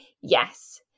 Yes